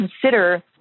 consider